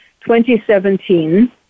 2017